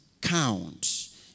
Count